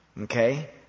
Okay